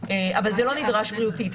אבל זה לא נדרש בריאותית.